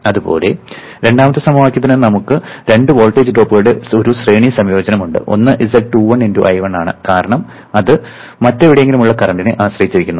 അതുപോലെ രണ്ടാമത്തെ സമവാക്യത്തിന് നമുക്ക് രണ്ട് വോൾട്ടേജ് ഡ്രോപ്പുകളുടെ ഒരു ശ്രേണി സംയോജനമുണ്ട് ഒന്ന് z21 × I1 ആണ് കാരണം ഇത് മറ്റെവിടെയെങ്കിലും ഉള്ള കറന്റിനെ ആശ്രയിച്ചിരിക്കുന്നു